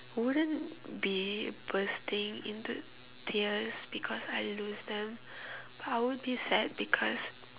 wouldn't be bursting into tears because I lose them I would be sad because